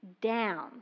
down